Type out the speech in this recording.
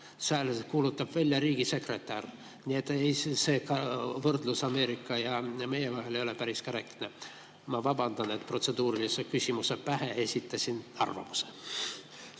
sääl kuulutab välja riigisekretär. Nii et see võrdlus Ameerika ja meie vahel ei ole päris korrektne. Ma vabandan, et protseduurilise küsimuse pähe esitasin arvamuse.